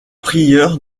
prieur